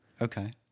okay